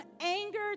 anger